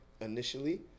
initially